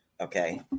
Okay